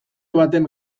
baten